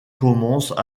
commencent